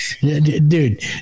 dude